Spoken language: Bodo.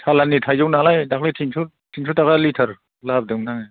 सालानि थाइजौ नालाय दाख्लै थिनस'थाखा केजि लाबोदोंमोन आङो